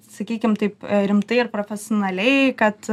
sakykim taip rimtai ir profesionaliai kad